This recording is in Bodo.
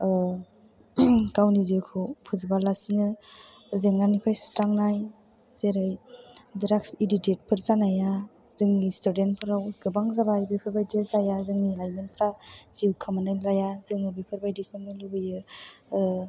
गावनि जिउखौ फोजोबा लासिनो जेंनानिफ्राय सुस्रांनाय जेरै द्राग्स एडिक्टेडफोर जानाया जोंनि स्टुडेन्टफोराव गोबां जाबाय बेफोरबायदिया जाया जोंनि लाइमोनफ्रा जिउ खोमानानै लाया जोङो बेफोरबायदिखौनो लुगैयो